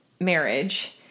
marriage